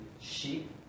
sheep